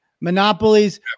monopolies